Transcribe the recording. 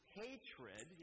hatred